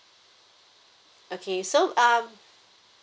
okay so um